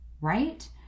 right